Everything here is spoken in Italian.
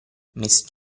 miss